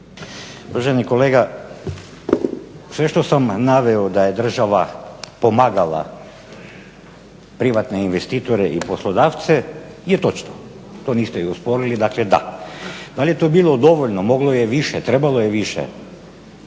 Uvaženi kolega, sve što sam naveo da je država pomagala privatne investitore i poslodavce je točno. To niste osporili, dakle da. Da li je to bilo dovoljno, moglo je više, trebalo je više,